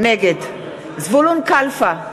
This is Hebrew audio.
נגד זבולון קלפה,